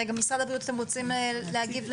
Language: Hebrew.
משרד הבריאות, אתם רוצים להציג?